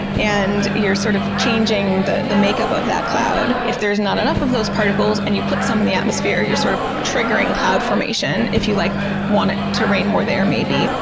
and you're sort of changing the the makeup of that cloud. if there's not enough of those particles and you put some in the atmosphere, you're sort of triggering cloud formation if you like want it to rain more there maybe.